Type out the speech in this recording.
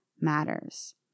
matters